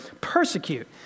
persecute